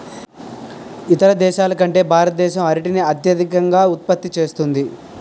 ఇతర దేశాల కంటే భారతదేశం అరటిని అత్యధికంగా ఉత్పత్తి చేస్తుంది